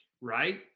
right